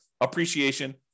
appreciation